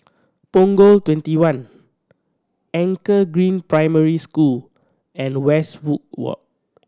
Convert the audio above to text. Punggol Twenty one Anchor Green Primary School and Westwood Walk